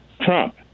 Trump